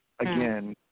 again